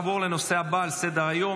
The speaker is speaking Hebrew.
נעבור לנושא הבא על סדר-היום,